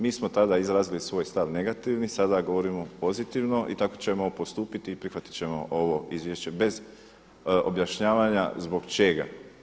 Mi smo tada izrazili svoj stav negativni, sada govorimo pozitivno i tako ćemo postupiti i prihvatit ćemo ovo izvješće bez objašnjavanja zbog čega.